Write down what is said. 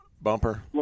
bumper